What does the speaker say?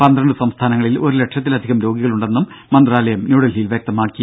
പന്ത്രണ്ട് സംസ്ഥാനങ്ങളിൽ ഒരു ലക്ഷത്തിലധികം രോഗികളുണ്ടെന്നും മന്ത്രാലയം ന്യൂഡൽഹിയിൽ വ്യക്തമാക്കി